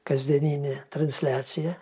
kasdieninė transliacija